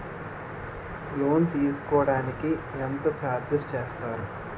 Loan తీసుకోడానికి ఎంత charges వేస్తారు?